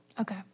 Okay